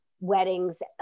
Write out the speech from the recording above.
weddings